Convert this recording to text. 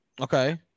Okay